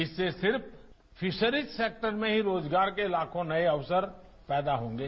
इससे सिर्फ fisheries sector में ही रोजगार के लाखों नए अवसर पैदा होंगे